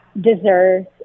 deserves